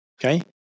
Okay